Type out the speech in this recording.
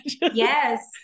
Yes